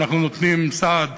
ואנחנו נותנים סעד